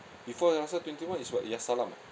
before the rasa twenty one is what yasalam ah